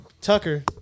tucker